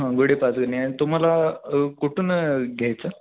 हां गुढे पाचगणी आणि तुम्हाला कुठून घ्यायचं